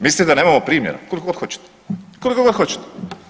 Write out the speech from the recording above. Mislite da nemamo primjera, koliko god hoćete, koliko god hoćete.